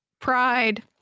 pride